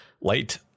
light